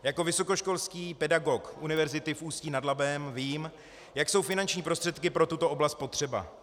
Jako vysokoškolský pedagog Univerzity v Ústí nad Labem vím, jak jsou finanční prostředky pro tuto oblast potřeba.